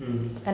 mm